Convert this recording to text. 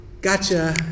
gotcha